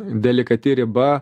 delikati riba